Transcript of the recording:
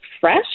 fresh